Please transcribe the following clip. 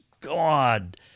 God